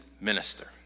minister